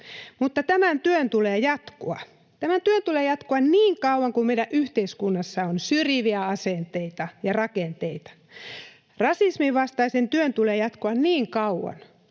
mutta tämän työn tulee jatkua. Tämän työn tulee jatkua niin kauan kuin meidän yhteiskunnassamme on syrjiviä asenteita ja rakenteita. Rasismin vastaisen työn tulee jatkua niin kauan,